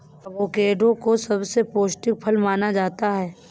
avocado को सबसे पौष्टिक फल माना जाता है